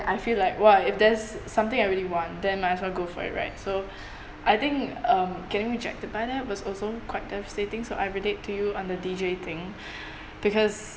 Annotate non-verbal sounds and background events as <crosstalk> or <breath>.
I feel like !wah! if there's something I really want then might as well go for it right so <breath> I think um getting rejected by them was also quite devastating so I relate to you on the D_J thing <breath> because